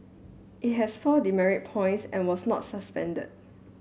it has four demerit points and was not suspended